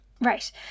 Right